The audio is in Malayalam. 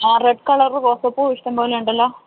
ആ റെഡ് കളർ റോസാപ്പൂ ഇഷ്ടംപോലെയുണ്ടല്ലോ